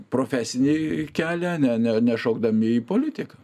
profesinį kelią ne ne nešokdami į politiką